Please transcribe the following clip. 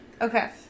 Okay